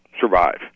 Survive